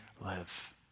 live